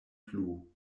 plu